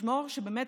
שבאמת